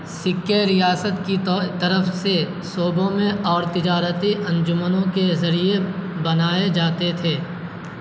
سکے ریاست کی طرف سے صوبوں میں اور تجارتی انجمنوں کے ذریعے بنائے جاتے تھے